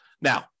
Now